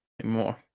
anymore